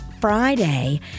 Friday